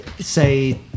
say